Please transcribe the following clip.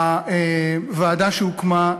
הוועדה שהוקמה,